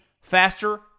faster